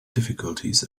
difficulties